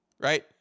Right